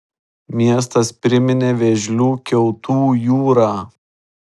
miestas priminė vėžlių kiautų jūrą